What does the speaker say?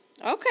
Okay